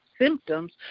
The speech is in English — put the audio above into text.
symptoms